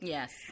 Yes